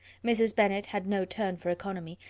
mrs. bennet had no turn for economy,